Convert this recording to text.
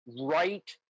right